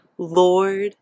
Lord